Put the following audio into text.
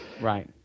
Right